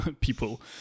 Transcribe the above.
people